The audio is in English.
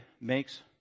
Makes